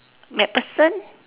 macpherson